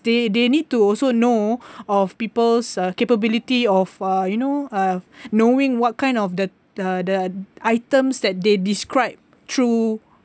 they they need to also know of people's uh capability of uh you know uh knowing what kind of the uh the items that they described through